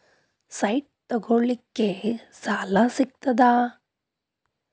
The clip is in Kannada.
ಸೈಟ್ ತಗೋಳಿಕ್ಕೆ ಸಾಲಾ ಸಿಗ್ತದಾ?